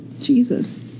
Jesus